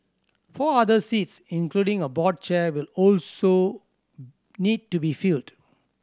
four other seats including a board chair will also need to be filled